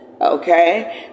okay